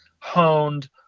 honed